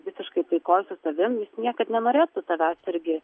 visiškai taikoj su savim jis niekad nenorėtų tavęs irgi